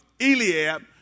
Eliab